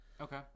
Okay